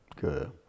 Good